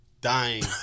dying